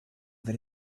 that